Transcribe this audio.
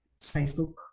Facebook